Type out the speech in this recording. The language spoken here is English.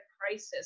crisis